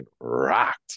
rocked